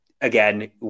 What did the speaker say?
again